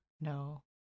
No